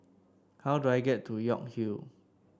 how do I get to York Hill